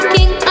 King